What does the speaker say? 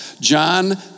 John